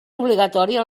obligatòria